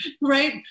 right